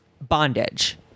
Bondage